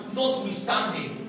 Notwithstanding